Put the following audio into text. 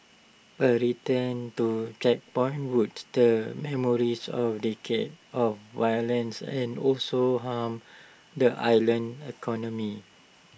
A return to checkpoints would stir memories of decades of violence and also harm the island's economy